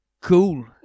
Cool